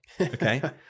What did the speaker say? Okay